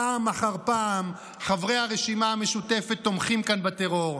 פעם אחר פעם חברי הרשימה המשותפת תומכים כאן בטרור.